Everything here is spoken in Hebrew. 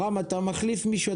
רם, אתה מחליף מישהו?